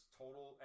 total